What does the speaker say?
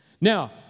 Now